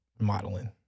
modeling